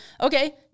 okay